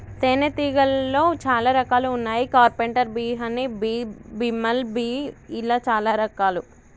తేనే తీగలాల్లో చాలా రకాలు వున్నాయి carpenter bee honey bee, bumble bee ఇలా చాలా రకాలు